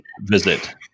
visit